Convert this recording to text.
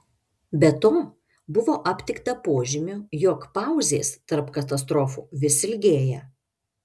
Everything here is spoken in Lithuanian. be to buvo aptikta požymių jog pauzės tarp katastrofų vis ilgėja